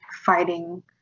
fighting